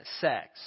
sex